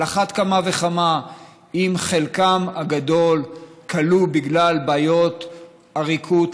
על אחת כמה וכמה אם חלקם הגדול כלוא בגלל בעיות עריקות,